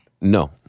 No